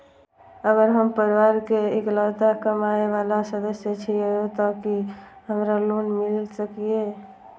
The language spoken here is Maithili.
अगर हम परिवार के इकलौता कमाय वाला सदस्य छियै त की हमरा लोन मिल सकीए?